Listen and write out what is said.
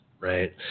Right